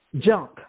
junk